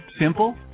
Simple